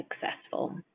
successful